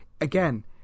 again